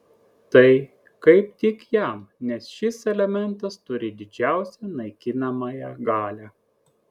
tai kaip tik jam nes šis elementas turi didžiausią naikinamąją galią